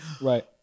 Right